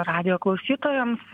radijo klausytojams